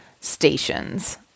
stations